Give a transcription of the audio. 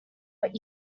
what